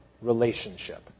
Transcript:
relationship